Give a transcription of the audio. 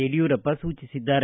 ಯಡಿಯೂರಪ್ಪ ಸೂಚಿಸಿದ್ದಾರೆ